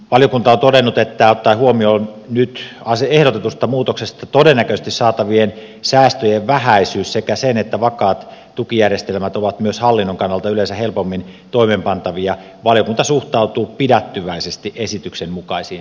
valiokunta on todennut että ottaen huomioon nyt ehdotetusta muutoksesta todennäköisesti saatavien säästöjen vähäisyys sekä se että vakaat tukijärjestelmät ovat myös hallinnon kannalta yleensä helpommin toimeenpantavia valiokunta suhtautuu pidättyväisesti esityksen mukaisiin säästötoimenpiteisiin